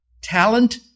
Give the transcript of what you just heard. Talent